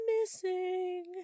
missing